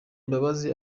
imbabazi